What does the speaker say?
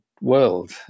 world